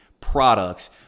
products